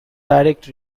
direct